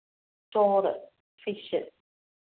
ചോറ് ഫിഷ്